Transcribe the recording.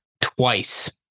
twice